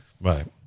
right